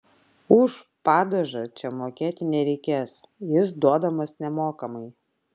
už padažą čia mokėti nereikės jis duodamas nemokamai